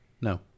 No